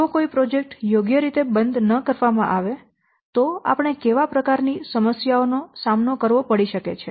જો કોઈ પ્રોજેક્ટ યોગ્ય રીતે બંધ ન કરવામાં આવે તો આપણે કેવા પ્રકાર ની સમસ્યાઓ નો સામનો કરવો પડી શકે છે